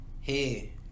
Hey